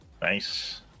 Nice